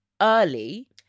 early